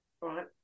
Right